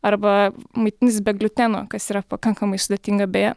arba maitintis be gliuteno kas yra pakankamai sudėtinga beje